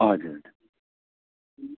हजुर